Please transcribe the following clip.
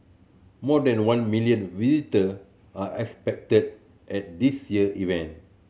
more than one million visitor are expected at this year event